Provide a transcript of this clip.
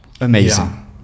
Amazing